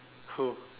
who